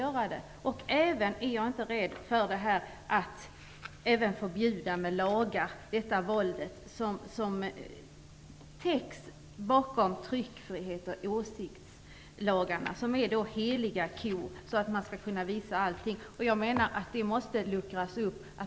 Jag är inte rädd för att med lagar förbjuda våldet, som täcks bakom tryckfrihets-och åsiktslagarna, som är heliga kor, för att man skall kunna visa allt. Det måste luckras upp.